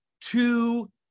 two